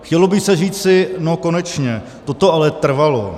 Chtělo by se říci no konečně, to to ale trvalo.